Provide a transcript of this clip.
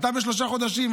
אתה בשלושה חודשים,